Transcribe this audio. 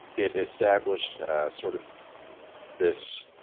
it established sort of this